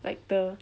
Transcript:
like the